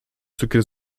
cukier